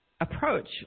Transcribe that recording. approach